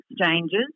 exchanges